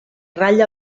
ratlla